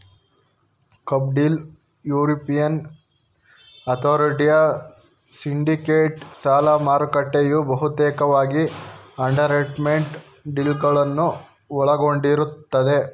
club deal European ಹತೋಟಿಯ syndicated ಸಾಲದಮಾರುಕಟ್ಟೆಯು ಬಹುತೇಕವಾಗಿ ಅಂಡರ್ರೈಟೆಡ್ ಡೀಲ್ಗಳನ್ನ ಒಳಗೊಂಡಿರುತ್ತೆ